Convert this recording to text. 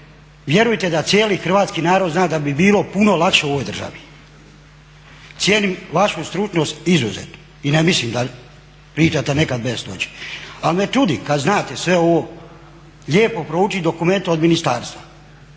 vjerujte da cijeli hrvatski narod zna da bi bilo puno lakše u ovoj državi. Cijenim vašu stručnost izuzetno i ne mislim da pričate nekad bedastoće. Ali me čudi kad znate sve ovo lijepo proučit dokumente od ministarstva